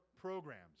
programs